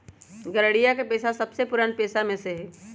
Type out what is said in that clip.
गरेड़िया के पेशा सबसे पुरान पेशा में से हई